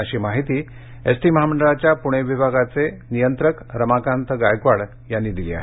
अशी माहिती एसटी महामंडळाच्या पुणे विभागाचे विभाग नियंत्रक रमाकांत गायकवाड यांनी दिली आहे